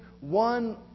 one